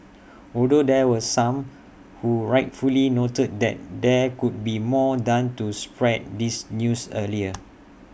although there was some who rightfully noted that there could be more done to spread this news earlier